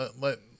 let